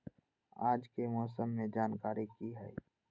आज के मौसम के जानकारी कि हई?